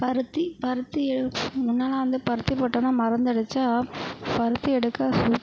பருத்தி பருத்தி ஏ முன்னலாம் வந்து பருத்தி போட்டோம்னால் மருந்து அடித்தா பருத்தி எடுக்க